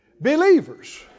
believers